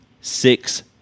six